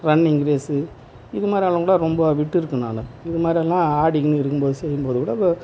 running race இது மாதிரி எல்லாம் கூட ரொம்ப விட்டு இருக்கேன் நான் இது மாதிரி எல்லாம் ஆடிக்கின்னு இருக்கும் போது செய்யும் போது கூட